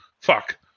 fuck